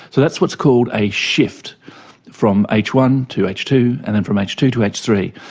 so that's what's called a shift from h one to h two and then from h two to h three,